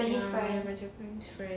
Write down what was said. ya my japanese friend